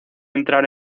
entrar